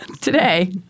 today